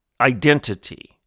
identity